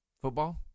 Football